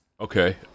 Okay